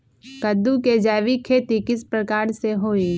कददु के जैविक खेती किस प्रकार से होई?